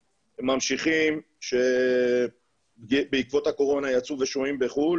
ממשיכים שבעקבות הקורונה יצאו ושוהים בחו"ל,